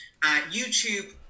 YouTube